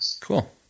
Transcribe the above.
Cool